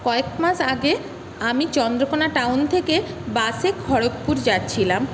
কয়েক মাস আগে আমি চন্দ্রকোনা টাউন থেকে বাসে খড়গপুর যাচ্ছিলাম